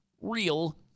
real